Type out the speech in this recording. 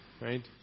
right